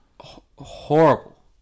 Horrible